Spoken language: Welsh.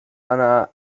yma